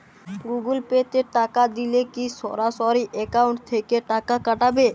Google Pay তে টাকা দিলে কি সরাসরি অ্যাকাউন্ট থেকে টাকা কাটাবে?